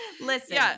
Listen